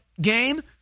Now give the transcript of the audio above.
game